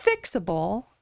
fixable